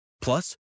Plus